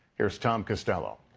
here is tom costello.